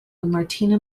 martina